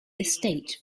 estate